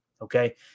okay